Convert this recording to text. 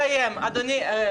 אני רוצה לסיים, אדוני היושב-ראש.